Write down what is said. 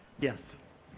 Yes